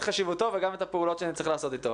חשיבותו וגם את הפעולות שנצטרך לעשות איתו.